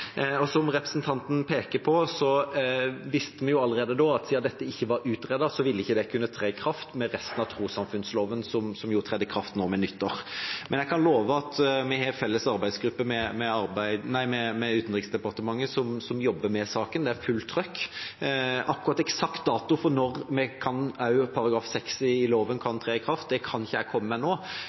Som representanten peker på, visste vi allerede da at siden dette ikke var utredet, ville det ikke kunne tre i kraft med resten av trossamfunnsloven, som jo trådte i kraft nå ved nyttår. Men jeg kan love at vi har en felles arbeidsgruppe med Utenriksdepartementet som jobber med saken. Det er fullt trøkk. Akkurat eksakt dato for når også § 6 i loven kan tre i kraft, kan jeg ikke komme med nå.